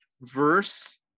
verse